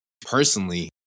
personally